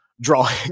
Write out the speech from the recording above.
drawing